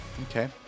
Okay